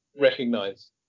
recognize